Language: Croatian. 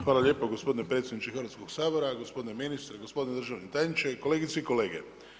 Hvala lijepo gospodine predsjedniče Hrvatskoga sabora, gospodine ministre, gospodine državni tajniče, kolegice i kolege.